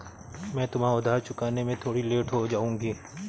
मैं तुम्हारा उधार चुकाने में थोड़ी लेट हो जाऊँगी